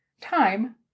time